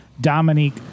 Dominique